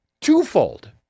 twofold